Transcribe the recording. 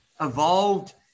evolved